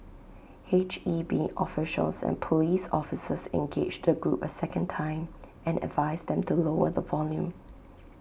H E B officials and Police officers engaged the group A second time and advised them to lower the volume